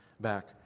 back